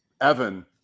Evan